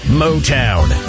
motown